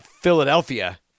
Philadelphia